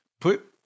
Put